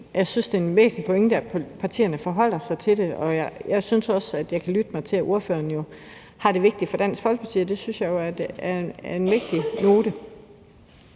Jeg synes, at det er en væsentlig pointe, at partierne skal forholde sig til det, og jeg kan også lytte mig til, at ordføreren mener, at det er vigtigt for Dansk Folkeparti, og det synes jeg jo er en vigtig note.